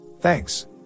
Thanks